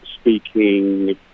speaking